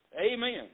Amen